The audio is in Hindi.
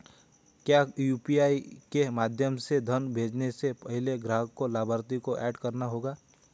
क्या यू.पी.आई के माध्यम से धन भेजने से पहले ग्राहक को लाभार्थी को एड करना होगा?